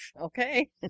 okay